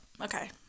Okay